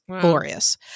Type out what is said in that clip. glorious